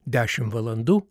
dešimt valandų